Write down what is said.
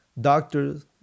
doctors